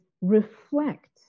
reflect